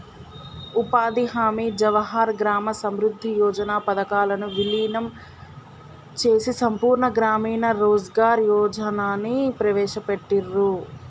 ఉపాధి హామీ, జవహర్ గ్రామ సమృద్ధి యోజన పథకాలను వీలీనం చేసి సంపూర్ణ గ్రామీణ రోజ్గార్ యోజనని ప్రవేశపెట్టిర్రు